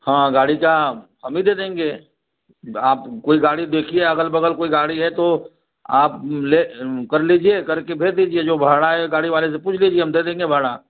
हाँ गाड़ी का हम ही दे देंगे ब आप कोई गाड़ी देखिए अगल बगल कोई गाड़ी है तो आप लें कर लीजिए करके भेज दीजिए जो भाड़ा है गाड़ी वाले से पूछ लीजिए हम दे देंगे भाड़ा